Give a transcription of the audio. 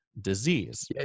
disease